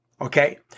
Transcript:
okay